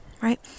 right